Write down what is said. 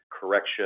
correction